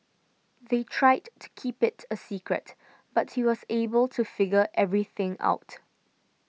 they tried to keep it a secret but he was able to figure everything out